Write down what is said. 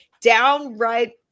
downright